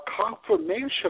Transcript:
confirmation